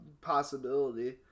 possibility